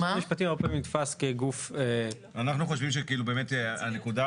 גם משרד המשפטים הרבה פעמים נתפס כגוף --- אנחנו חושבים שבאמת הנקודה,